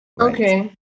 Okay